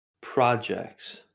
projects